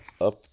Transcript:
up